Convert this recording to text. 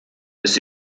ist